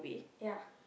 ya